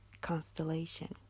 constellation